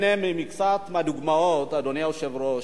הנה מקצת מהדוגמאות, אדוני היושב-ראש.